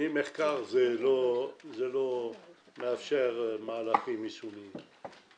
מחקר לא מאפשר מהלכים יישומיים.